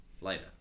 later